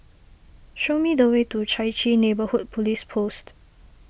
show me the way to Chai Chee Neighbourhood Police Post